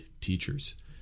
teachers